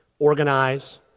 organize